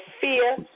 Fear